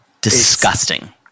Disgusting